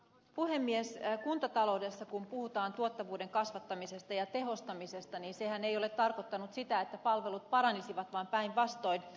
kun kuntataloudessa puhutaan tuottavuuden kasvattamisesta ja tehostamisesta niin sehän ei ole tarkoittanut sitä että palvelut paranisivat vaan päinvastoin